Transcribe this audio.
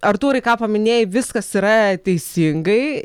artūrai ką paminėjai viskas yra teisingai